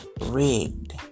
rigged